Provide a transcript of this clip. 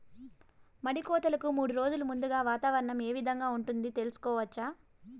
మడి కోతలకు మూడు రోజులు ముందుగా వాతావరణం ఏ విధంగా ఉంటుంది, తెలుసుకోవచ్చా?